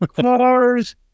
cars